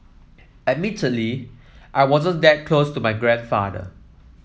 admittedly I wasn't that close to my grandfather